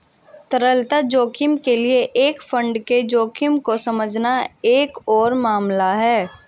तरलता जोखिम के लिए एक फंड के जोखिम को समझना एक और मामला है